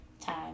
time